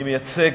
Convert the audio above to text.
אני מייצג,